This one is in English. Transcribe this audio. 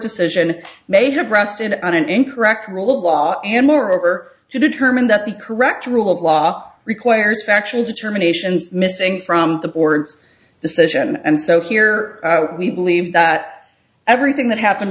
decision may have rested on an incorrect rule of law and moreover to determine that the correct rule of law requires factual determination missing from the board's decision and so here we believe that everything that happened